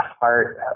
heart